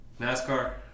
NASCAR